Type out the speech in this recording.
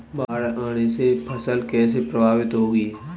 बाढ़ आने से फसल कैसे प्रभावित होगी?